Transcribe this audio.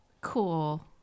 Cool